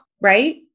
right